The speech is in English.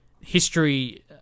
history